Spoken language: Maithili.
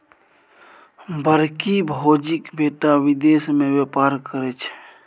बड़की भौजीक बेटा विदेश मे बेपार करय छै